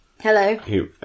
Hello